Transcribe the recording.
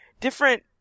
different